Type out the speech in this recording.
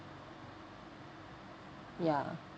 ya